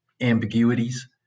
ambiguities